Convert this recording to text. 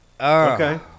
Okay